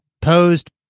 posed